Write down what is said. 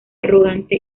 arrogante